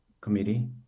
committee